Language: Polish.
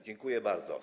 Dziękuję bardzo.